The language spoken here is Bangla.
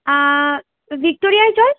ভিক্টোরিয়ায় চল